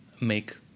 make